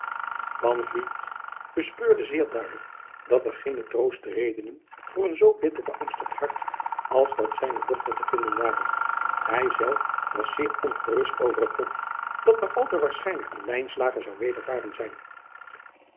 bespeurde zeer duidelijk dat er geene troostredenen voor een zoo bitter beangstigd hart als dat zijner dochter te vinden waren hij zelf was zeer ongerust over het lot dat maar al te waarschijnlijk aan zou wedervaren zijn